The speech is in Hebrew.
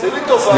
תעשי לי טובה.